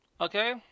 Okay